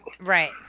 right